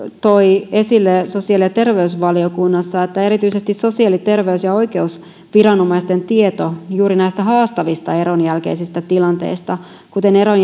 toi esille sosiaali ja terveysvaliokunnassa että erityisesti sosiaali terveys ja oikeusviranomaisten tieto juuri näistä haastavista eron jälkeisistä tilanteista kuten eron